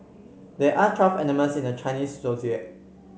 there are twelve animals in the Chinese